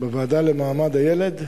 בוועדה למעמד הילד.